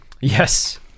Yes